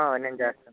నేను చేస్తాను సార్